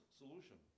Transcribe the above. solution